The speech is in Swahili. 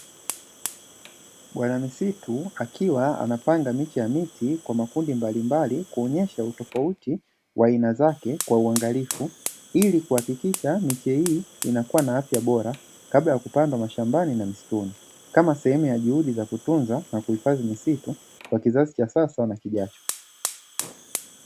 Bwana misitu akiwa anapanga miche ya miti kwa makundi mbalimbali kuonesha utofauti wa aina zake kwa uangalifu, ili kuhakikisha miche hii inakuwana afya bora kabla ya kupandwa mashambani na misituni kama sehemu ya juhudi ya kutunza na kuifadhi misitu kwa kizazi cha sasa na kijacho.